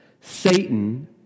Satan